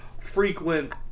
frequent